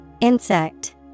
Insect